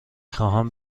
خواهم